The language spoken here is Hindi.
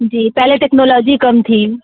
जी पहले टेक्नोलॉजी कम थी